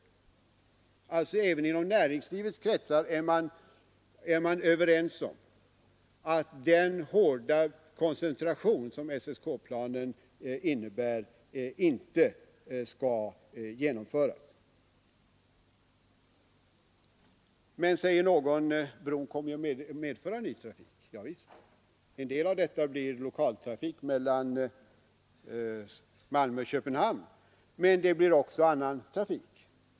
Även inom näringslivets kretsar är man alltså överens om att den hårda koncentration som SSK-planen innebär inte skall genomföras. Men, säger någon, bron kommer att medföra en ny trafik. Javisst, en del av denna blir lokal trafik mellan Malmö och Köpenhamn och en del blir annan trafik.